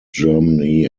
germany